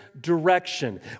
direction